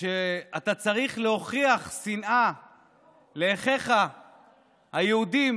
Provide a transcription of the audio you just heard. שאתה צריך להוכיח שנאה לאחיך היהודים